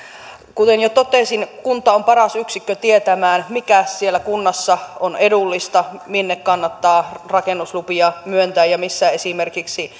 kuten jo totesin kunta on paras yksikkö tietämään mikä siellä kunnassa on edullista minne kannattaa rakennuslupia myöntää ja missä esimerkiksi